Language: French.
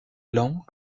lent